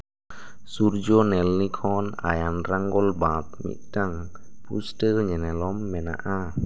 ᱥᱩᱨᱡᱚᱱᱮᱞᱞᱤ ᱠᱷᱚᱱ ᱟᱭᱟᱨᱵᱮᱝᱜᱚᱞ ᱵᱟᱜᱽ ᱢᱤᱫᱴᱟᱱ ᱯᱩᱥᱴᱟᱹᱣ ᱧᱮᱱᱮᱞᱚᱢ ᱢᱮᱱᱟᱜᱼᱟ